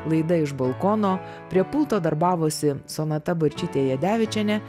laida iš balkono prie pulto darbavosi sonata barčytė jadevičienė